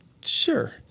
Sure